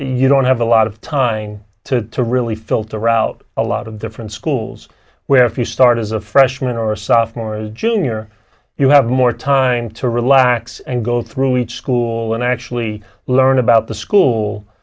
you don't have a lot of time to to really filter out a lot of different schools where if you start as a freshman or sophomore or junior you have more time to relax and go through each school and actually learn about the school